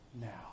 now